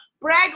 Brag